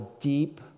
deep